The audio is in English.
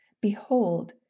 Behold